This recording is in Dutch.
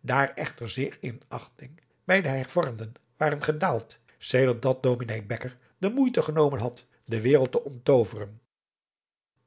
daar echter zeer in achting bij de hervormden waren gedaald sedert dat ds bekker de moeite genomen had de wereld te onttooveren